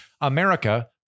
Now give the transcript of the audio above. America